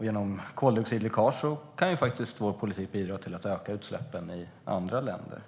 Genom koldioxidläckage kan vår politik faktiskt bidra till att öka utsläppen i andra länder.